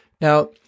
Now